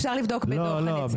אפשר לבדוק בדוח הנציבות.